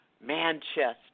Manchester